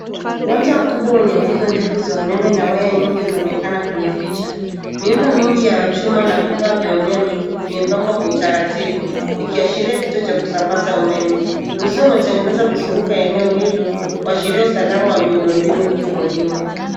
Uwanja mkubwa wenye nguzo ndefu za umeme na waya nyingi, unaonekana kwenye picha. Miundo mingi ya chuma na vifaa vya umeme, vimepangwa kwa utaratibu, ikiashiria kituo cha kusambaza umeme. Uzio umetengenezwa kuzunguka eneo hilo, kuashiria usalama wa miundo mbinu pia umuhimu.